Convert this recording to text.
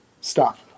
stop